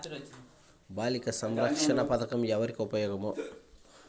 బాలిక సంరక్షణ పథకం ఎవరికి ఉపయోగము?